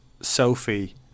Sophie